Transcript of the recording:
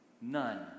None